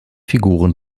figuren